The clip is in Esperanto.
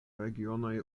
regionaj